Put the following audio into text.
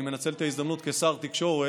אני מנצל את ההזדמנות, כשר תקשורת,